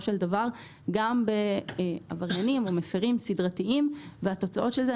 של דבר גם בעבריינים או מפירים סדרתיים והתוצאות של זה.